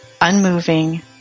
unmoving